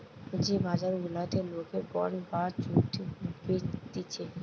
যে বাজার গুলাতে লোকে বন্ড বা চুক্তি বেচতিছে